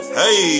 hey